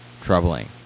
troubling